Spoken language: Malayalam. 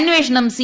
അന്വേഷണം സി